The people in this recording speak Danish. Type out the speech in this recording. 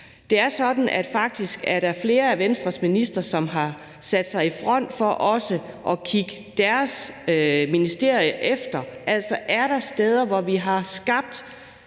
Det er sådan, at der faktisk er flere af Venstres ministre, som har sat sig i front i forhold til også at kigge deres ministerier efter for at se, om der er steder, hvor vi har skabt